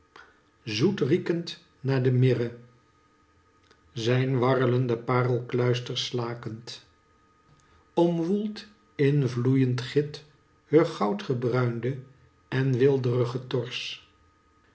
hair zoet riekend naar de myrrhe zijn warrelende paerelkluisters slakend omwoelt in vloeyend git heur goud gebruinde en weelderige tors